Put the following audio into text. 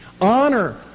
honor